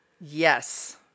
Yes